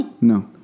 No